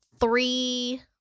three